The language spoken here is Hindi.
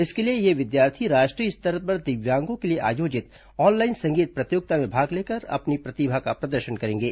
इसके लिए ये विद्यार्थी राष्ट्रीय स्तर पर दिव्यांगों के लिए आयोजित ऑनलाईन संगीत प्रतियोगिता में भाग लेकर अपनी प्रतिभा का प्रदर्शन करेंगे